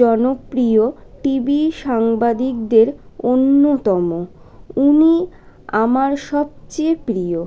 জনপ্রিয় টিভি সাংবাদিকদের অন্যতম উনি আমার সবচেয়ে প্রিয়